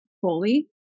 holy